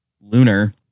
Lunar